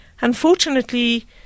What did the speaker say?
Unfortunately